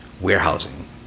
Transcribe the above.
warehousing